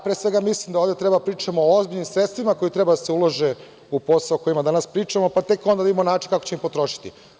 Pre svega, mislim da ovde trebamo da pričamo o ozbiljnim sredstvima koja treba da se ulože u poslove o kojima danas pričamo, pa tek onda da vidimo način kako ćemo ih potrošiti.